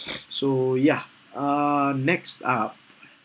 so ya uh next up